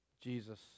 Jesus